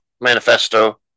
manifesto